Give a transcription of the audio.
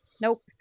Nope